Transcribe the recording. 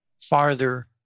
farther